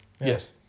Yes